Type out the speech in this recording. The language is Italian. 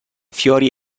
fiori